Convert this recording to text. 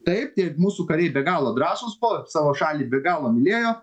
taip tie mūsų kariai be galo drąsūs buvo savo šalį be galo mylėjo